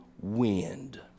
wind